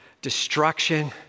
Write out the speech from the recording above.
destruction